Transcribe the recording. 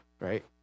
Right